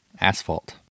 Asphalt